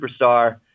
superstar